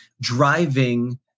driving